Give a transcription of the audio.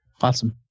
Awesome